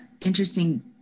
interesting